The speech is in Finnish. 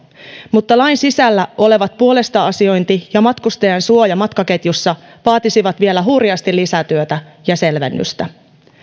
mutta lain sisällä olevat puolesta asiointi ja matkustajan suoja matkaketjussa vaatisivat vielä hurjasti lisätyötä ja selvennystä